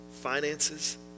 finances